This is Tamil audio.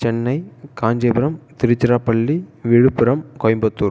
சென்னை காஞ்சிபுரம் திருச்சிராப்பள்ளி விழுப்புரம் கோயம்புத்தூர்